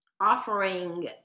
Offering